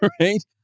right